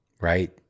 right